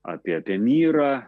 apie apie myrą